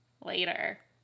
later